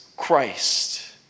Christ